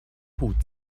hut